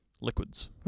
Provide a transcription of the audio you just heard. liquids